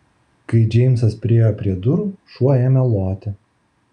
kai džeimsas priėjo prie durų šuo ėmė loti